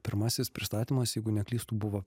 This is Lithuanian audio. pirmasis pristatymas jeigu neklystu buvo